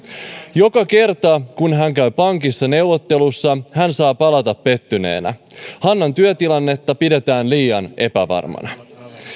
joka kerta kun hän käy pankissa neuvottelussa hän saa palata pettyneenä hannan työtilannetta pidetään liian epävarmana